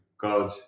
God